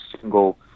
single